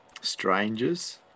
strangers